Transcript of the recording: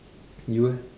you eh